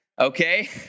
Okay